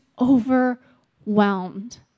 overwhelmed